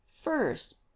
first